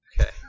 Okay